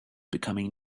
becoming